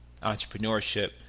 entrepreneurship